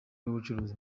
y’ubucuruzi